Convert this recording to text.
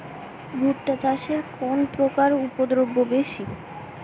ভুট্টা চাষে কোন পোকার উপদ্রব বেশি?